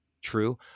True